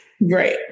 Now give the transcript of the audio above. Right